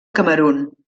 camerun